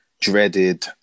dreaded